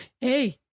hey